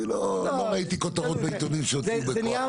אני לא ראיתי כותרות בעיתונים שהוציאו בכוח.